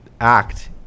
act